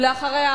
ואחריה,